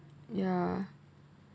ya